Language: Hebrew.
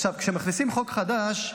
עכשיו, כשמכניסים חוק חדש,